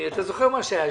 אתה זוכר מה שהיה,